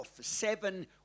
seven